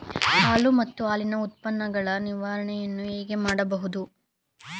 ಹಾಲು ಮತ್ತು ಹಾಲಿನ ಉತ್ಪನ್ನಗಳ ನಿರ್ವಹಣೆಯನ್ನು ಹೇಗೆ ಮಾಡಬಹುದು?